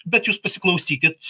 bet jūs pasiklausykit